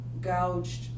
gouged